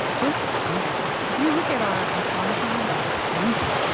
just creepy. if you look at our automaton, creepy.